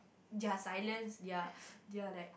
ya silent ya they're like